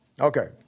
Okay